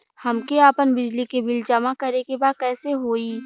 हमके आपन बिजली के बिल जमा करे के बा कैसे होई?